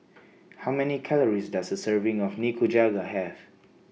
How Many Calories Does A Serving of Nikujaga Have